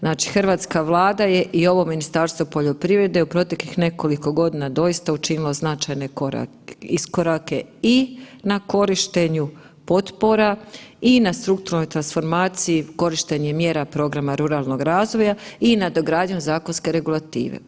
Znači, hrvatska Vlada je i ovo Ministarstvo poljoprivrede u proteklih nekoliko godina doista učinilo značajne iskorake i na korištenju potpora i na strukturnoj transformaciji korištenje mjera programa ruralnog razvoja i nadogradnjom zakonske regulative.